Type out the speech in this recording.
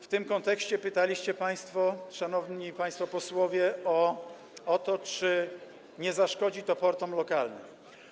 W tym kontekście pytaliście, szanowni państwo posłowie, o to, czy nie zaszkodzi to portom lokalnym.